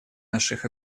наших